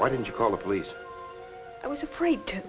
why didn't you call the police i was afraid to